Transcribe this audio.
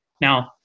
Now